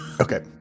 Okay